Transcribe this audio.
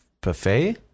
buffet